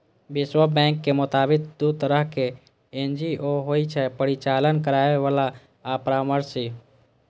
विश्व बैंकक मोताबिक, दू तरहक एन.जी.ओ होइ छै, परिचालन करैबला आ परामर्शी